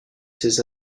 ses